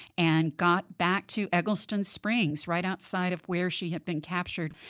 and got back to eggleston springs, right outside of where she had been captured.